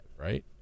right